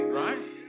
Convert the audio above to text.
right